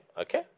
Okay